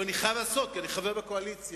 אבל אני חייב כי אני חבר באופוזיציה.